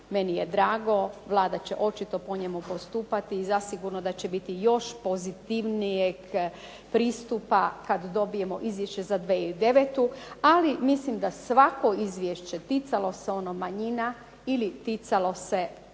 Meni je drago, Vlada će očito po njemu postupati i zasigurno da će biti još pozitivnijeg pristupa kad dobijemo Izvješće za 2009. Ali, mislim da svako izvješće, ticalo se ono manjina ili ticalo se